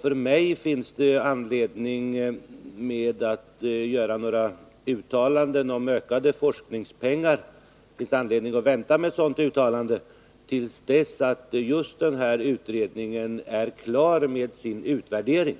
För mig finns det anledning att vänta med uttalanden om ökade forskningspengar till dess just den här utredningen är klar med sin utvärdering.